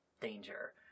danger